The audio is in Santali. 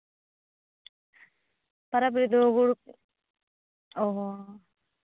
ᱛᱟᱨᱟ ᱵᱮᱲ ᱫᱚ ᱦᱳᱲᱳ ᱚᱸᱻ